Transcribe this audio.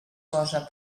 cosa